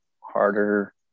harder